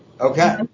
Okay